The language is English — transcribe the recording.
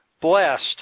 blessed